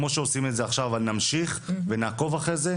כמו שעושים את זה עכשיו אבל נמשיך ונעקוב אחרי זה,